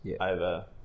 over